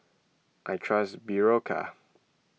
I trust Berocca